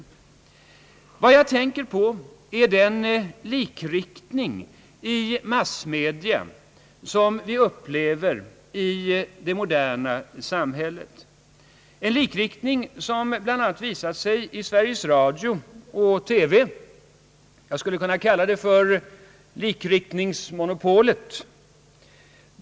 Vad jag tänker på är den likriktning av massmedia som vi upplever i det moderna samhället. En likriktning som bl.a. visat sig i Sveriges radio och TV — man skulle kunna kalla det för likriktningsmonopolet.